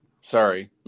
Sorry